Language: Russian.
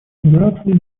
федерации